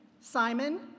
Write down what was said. Simon